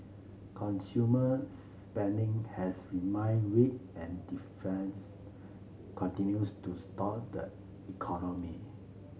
consumer spending has remained weak and defines continues to stalk the economy